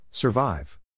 Survive